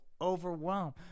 overwhelmed